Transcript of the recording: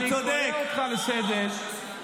קראתי אותך לסדר.